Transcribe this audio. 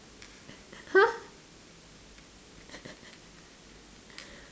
!huh!